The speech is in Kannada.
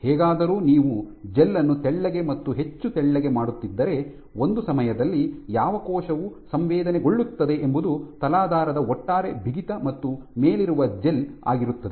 ಹೇಗಾದರೂ ನೀವು ಜೆಲ್ ಅನ್ನು ತೆಳ್ಳಗೆ ಮತ್ತು ಹೆಚ್ಚು ತೆಳ್ಳಗೆ ಮಾಡುತ್ತಿದ್ದರೆ ಒಂದು ಸಮಯದಲ್ಲಿ ಯಾವ ಕೋಶವು ಸಂವೇದನೆಗೊಳ್ಳುತ್ತದೆ ಎಂಬುದು ತಲಾಧಾರದ ಒಟ್ಟಾರೆ ಬಿಗಿತ ಮತ್ತು ಮೇಲಿರುವ ಜೆಲ್ ಆಗಿರುತ್ತದೆ